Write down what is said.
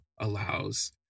allows